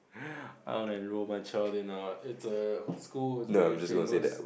I wanna enroll my child then I was it's a school very famous